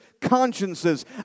consciences